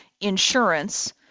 insurance